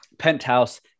penthouse